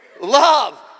Love